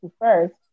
first